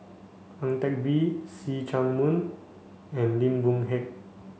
Ang Teck Bee See Chak Mun and Lim Boon Heng